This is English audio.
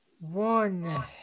one